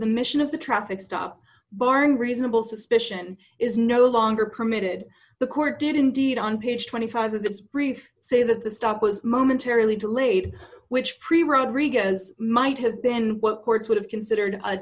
the mission of the traffic stop born reasonable suspicion is no longer permitted the court did indeed on page twenty five of this brief say that the stop was momentarily delayed which pre rodriguez might have been what courts would have considered